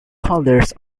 colours